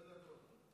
שתי דקות.